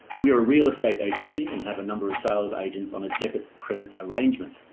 we are a real estate agency and have a number of sales agents on a debit credit arrangement.